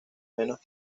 menos